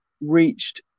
reached